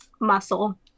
muscle